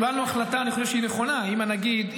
זאת לא דוגמה נכונה --- קיבלנו החלטה עם הנגיד,